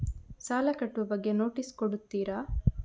ಸಾಲ ಕಟ್ಟುವ ಬಗ್ಗೆ ನೋಟಿಸ್ ಕೊಡುತ್ತೀರ?